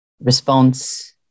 response